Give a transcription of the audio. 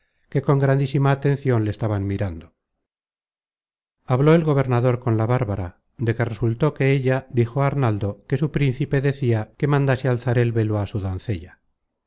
que con grandísima atencion le estaban mirando habló el gobernador con la bárbara de que resultó que ella dijo á arnaldo que su príncipe decia que mandase alzar el velo á su doncella